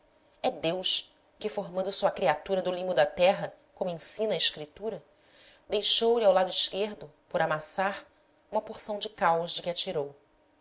é deus que formando sua criatura do limo da terra como ensina a escritura deixou-lhe ao lado esquerdo por amassar uma porção de caos de que a tirou